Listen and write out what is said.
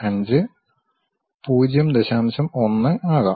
1 ആകാം